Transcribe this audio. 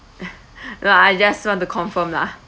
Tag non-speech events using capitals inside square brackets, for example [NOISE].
[LAUGHS] uh I just want to confirm lah